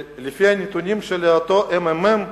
שלפי הנתונים של הממ"מ,